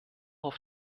auf